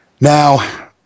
Now